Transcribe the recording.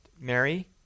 Mary